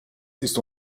ist